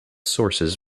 sources